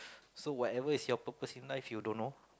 so whatever is your purpose in life you don't know